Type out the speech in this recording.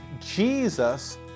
Jesus